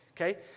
okay